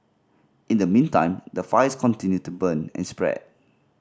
in the meantime the fires continue to burn and spread